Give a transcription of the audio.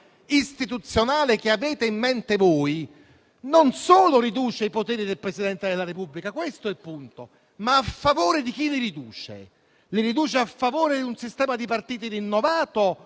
istituzionale che avete in mente voi non solo riduce i poteri del Presidente della Repubblica (questo è il punto), ma lo fa a favore di un sistema di partiti rinnovato,